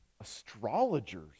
astrologers